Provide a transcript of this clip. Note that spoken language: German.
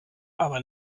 aber